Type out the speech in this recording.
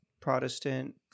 Protestant